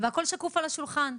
והכל שקוף על השולחן.